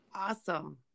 Awesome